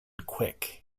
quick